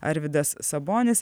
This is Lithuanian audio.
arvydas sabonis